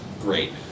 great